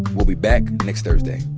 we'll be back next thursday